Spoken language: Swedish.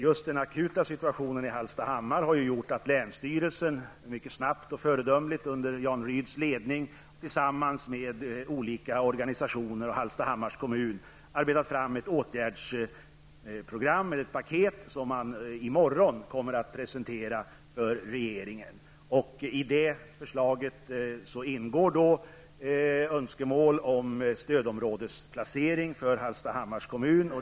Just den akuta situationen i Hallstahammar har gjort att länsstyrelsen mycket snabbt och föredömligt under Jan Ryds ledning tillsammans med olika organisationer och Hallstahammars kommun har arbetat fram ett åtgärdspaket som man kommer att presentera för regeringen i morgon. I det förslaget ingår önskemål om stödområdesplacering för Hallstahammars kommun.